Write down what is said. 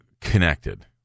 connected